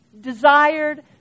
desired